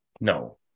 no